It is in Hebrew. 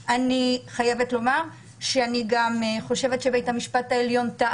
אני חושבת שבית המשפט העליון,